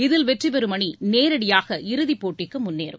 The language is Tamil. இதில் வெற்றிபெறும் அணி நேரடியாக இறுதிப்போட்டிக்கு முன்னேறும்